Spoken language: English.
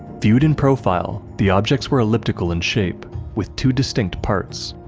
viewed in profile, the objects were elliptical in shape, with two distinct parts.